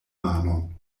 manon